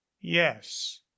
yes